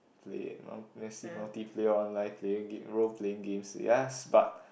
play no massive multi player online playing game role playing games yes but